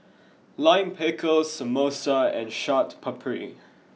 Lime Pickle Samosa and Chaat Papri